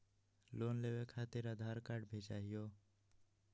Loan लेवे खातिरआधार card भी चाहियो?